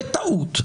בטעות,